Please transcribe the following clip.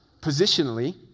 positionally